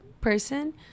person